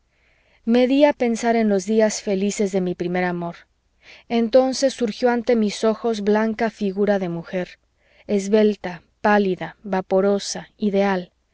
a pensar en los días felices de mi primer amor entonces surgió ante mis ojos blanca figura de mujer esbelta pálida vaporosa ideal